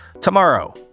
tomorrow